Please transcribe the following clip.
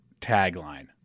tagline